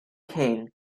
king